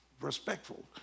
respectful